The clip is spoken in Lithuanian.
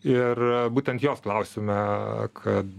ir būtent jos klausėme kad